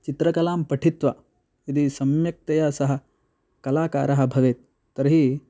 चित्रकलां पठित्वा यदि सम्यक्तया सः कलाकारः भवेत् तर्हि